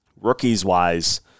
rookies-wise